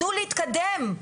תנו להתקדם.